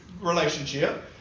relationship